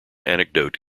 anecdote